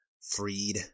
freed